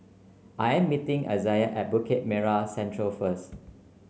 I am meeting Izayah at Bukit Merah Central first